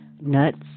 nuts